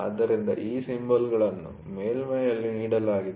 ಆದ್ದರಿಂದ ಈ ಸಿಂಬಲ್'ಗಳನ್ನು ಮೇಲ್ಮೈ'ನಲ್ಲಿ ನೀಡಲಾಗಿದೆ